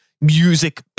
music